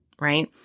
right